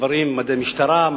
מדי משטרה,